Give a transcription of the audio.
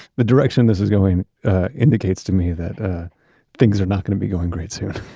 the direction this is going indicates to me that things are not going to be going great soon